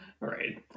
right